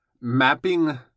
Mapping